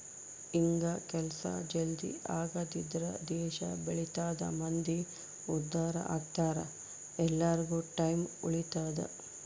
ಹಿಂಗ ಕೆಲ್ಸ ಜಲ್ದೀ ಆಗದ್ರಿಂದ ದೇಶ ಬೆಳಿತದ ಮಂದಿ ಉದ್ದಾರ ಅಗ್ತರ ಎಲ್ಲಾರ್ಗು ಟೈಮ್ ಉಳಿತದ